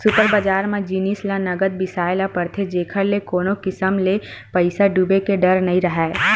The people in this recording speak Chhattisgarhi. सुपर बजार म जिनिस ल नगद बिसाए ल परथे जेखर ले कोनो किसम ले पइसा डूबे के डर नइ राहय